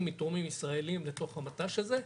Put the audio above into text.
מתורמים ישראליים לצורך המט"ש הזה,